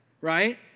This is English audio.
Right